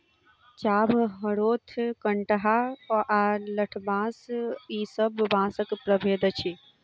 चाभ, हरोथ, कंटहा आ लठबाँस ई सब बाँसक प्रभेद अछि